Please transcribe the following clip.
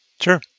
Sure